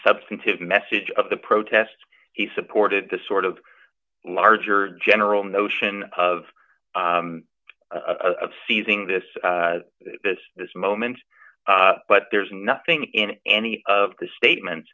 substantive message of the protests he supported the sort of larger general notion of of seizing this this this moment but there's nothing in any of the statement